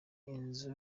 inzu